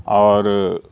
اور